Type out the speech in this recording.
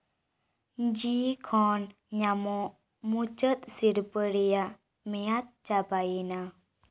ᱡᱤ ᱠᱷᱚᱱ ᱧᱟᱢᱚᱜ ᱢᱩᱪᱟᱹᱫ ᱥᱤᱨᱯᱟᱹ ᱨᱮᱭᱟᱜ ᱢᱮᱭᱟᱫ ᱪᱟᱵᱟᱭᱮᱱᱟ